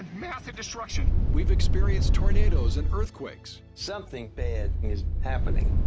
massive destruction! we've experienced tornadoes and earthquakes. something bad is happening.